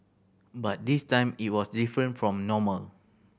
but this time it was different from normal